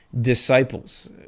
disciples